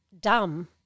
dumb